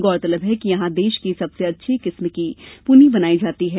गौरतलब है कि यहां देश की सबसे अच्छी कीस्म की पूनी बनाई जाती है